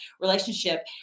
relationship